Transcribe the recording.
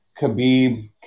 Khabib